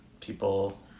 people